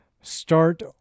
start